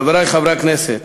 חברי חברי הכנסת,